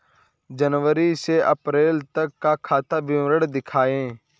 जनवरी से अप्रैल तक का खाता विवरण दिखाए?